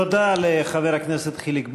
תודה לחבר הכנסת חיליק בר,